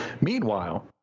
Meanwhile